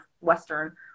Western